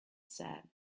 said